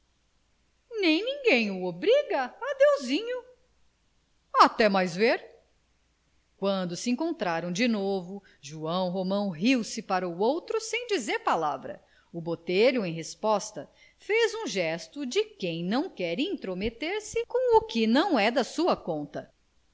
o obriga adeuzinho até mais ver quando se encontraram de novo joão romão riu-se para o outro sem dizer palavra o botelho em resposta fez um gesto de quem não quer intrometer-se com o que não é da sua conta